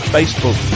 Facebook